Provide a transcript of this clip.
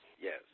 yes